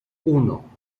uno